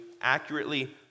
Accurately